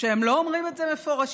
שהם לא אומרים את זה מפורשות,